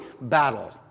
battle